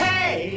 Hey